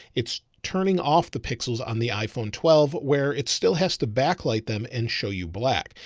it's turning off the pixels on the iphone twelve, where it still has to backlight them and show you black.